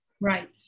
Right